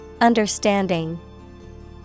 Understanding